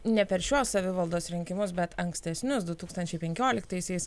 ne per šiuos savivaldos rinkimus bet ankstesnius du tūkstančiai penkioliktaisiais